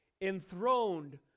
enthroned